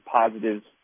positives